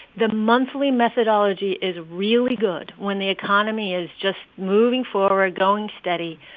the monthly methodology is really good when the economy is just moving forward, going steady.